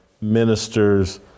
ministers